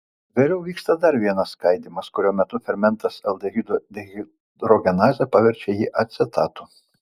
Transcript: vėliau vyksta dar vienas skaidymas kurio metu fermentas aldehido dehidrogenazė paverčia jį acetatu